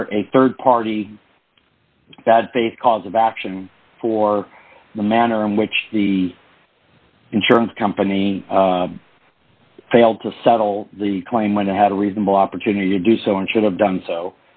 for a rd party based cause of action for the manner in which the insurance company failed to settle the claim when i had a reasonable opportunity to do so and should have done so